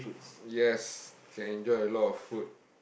yes can enjoy a lot of food